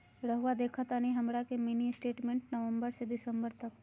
रहुआ देखतानी हमरा के मिनी स्टेटमेंट नवंबर से दिसंबर तक?